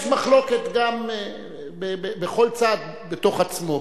יש מחלוקת בכל צד גם בתוך עצמו.